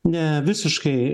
ne visiškai